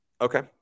Okay